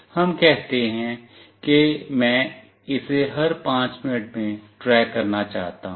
हम कहते हैं कि मैं इसे हर 5 मिनट में ट्रैक करना चाहता हूं